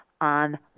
on